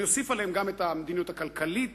ואוסיף עליהם גם את המדיניות הכלכלית